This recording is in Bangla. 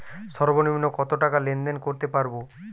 সর্বনিম্ন কত টাকা লেনদেন করতে পারবো?